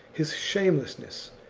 his shamelessness,